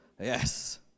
Yes